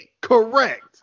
correct